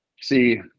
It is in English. see